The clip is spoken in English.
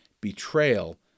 betrayal